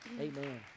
amen